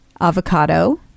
avocado